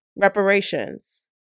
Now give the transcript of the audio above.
Reparations